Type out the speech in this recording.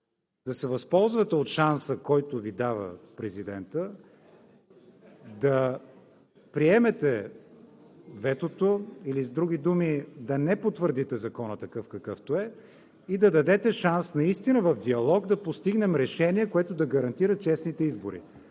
да се възползвате от шанса, който Ви дава президентът, да приемете ветото или, с други думи, да не потвърдите Закона такъв, какъвто е, и да дадете шанс наистина в диалог да постигнем решение, което да гарантира честните избори,